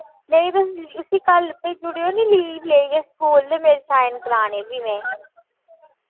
नेईं तुस इस्सी कल भेजूड़ेओ नी लीव लेइयै स्कूल ते मेरे साइन कराने फ्ही मैं